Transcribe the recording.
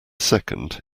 second